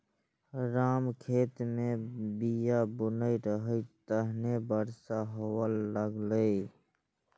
राम खेत मे बीया बुनै रहै, तखने बरसा हुअय लागलै